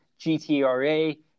GTRA